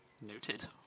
Noted